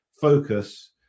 focus